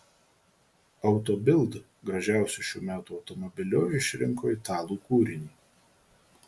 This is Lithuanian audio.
auto bild gražiausiu šių metų automobiliu išrinko italų kūrinį